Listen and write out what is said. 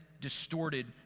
distorted